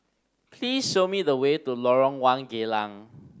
please show me the way to Lorong One Geylang